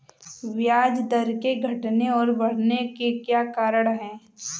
ब्याज दर के घटने और बढ़ने के क्या कारण हैं?